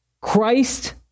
Christ